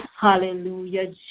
Hallelujah